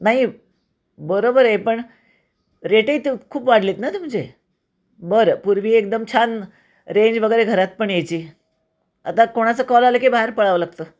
नाही बरोबर आहे पण रेटही ते खूप वाढले आहेत ना तुमचे बरं पूर्वी एकदम छान रेंज वगैरे घरात पण यायची आता कोणाचं कॉल आलं की बाहेर पळावं लागतं